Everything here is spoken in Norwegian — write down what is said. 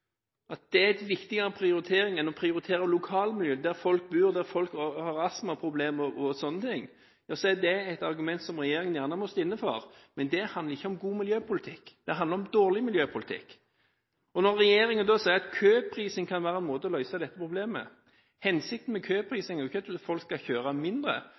at det er en viktigere prioritering enn å prioritere lokalmiljø der folk bor, der folk har astmaproblemer og sånne ting, så er det et argument som regjeringen gjerne må stå for. Men det handler ikke om god miljøpolitikk – det handler om dårlig miljøpolitikk. Regjeringen sier at køprising kan være en måte å løse dette problemet på. Hensikten med køprising er jo ikke at folk skal kjøre mindre,